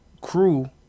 crew